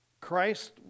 Christ